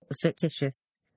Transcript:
fictitious